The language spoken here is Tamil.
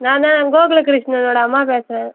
நான் தான் கோகுலகிருஷ்ணனோடய அம்மா பேசுகிறேன்